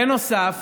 בנוסף